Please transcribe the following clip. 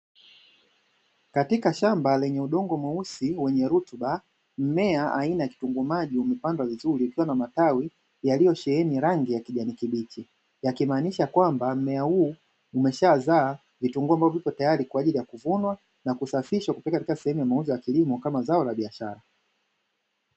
Katika shamba lenye udongo mweusi wenye na rutuba, mmea aina ya kitunguu maji umepandwa vizuri ukiwa na matawi yaliyosheheni rangi ya kijani kibichi, yakimaanisha kwamba mmea huu umeishazaa vitunguu ambavyo vipo tayari kwa ajili ya kuvunwa, na kusafishwa kupelekwa katika sehemu ya mauzo ya mazao ya kilimo kama zao la biashara.